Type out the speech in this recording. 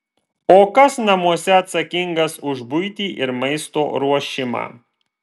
o kas namuose atsakingas už buitį ir maisto ruošimą